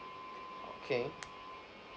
okay